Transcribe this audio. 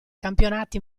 campionati